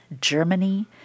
Germany